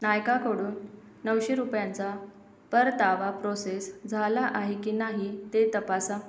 नायकाकडून नऊशे रुपयांचा परतावा प्रोसेस झाला आहे की नाही ते तपासा